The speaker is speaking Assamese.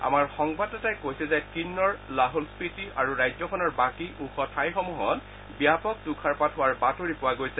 আমাৰ সংবাদদাতাই কৈছে যে কিন্ন'ৰ লাছল স্পিতি আৰু ৰাজ্যখনৰ বাকী ওখ ঠাইসমূহত ব্যাপক তুষাৰপাত হোৱাৰ বাতৰি পোৱা গৈছে